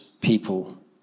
people